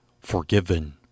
forgiven